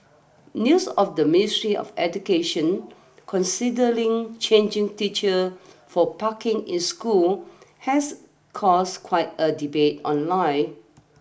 news of the ministry of education considering charging teacher for parking in schools has caused quite a debate online